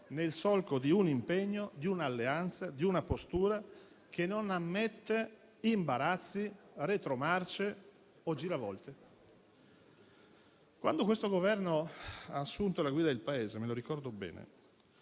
nel solco di un impegno, di un'alleanza e di una postura che non ammette imbarazzi, retromarce o giravolte. Quando questo Governo ha assunto la guida del Paese - me lo ricordo bene